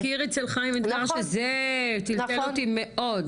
בתחקיר של חיים אתגר שזה תלתל אותי מאוד.